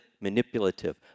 manipulative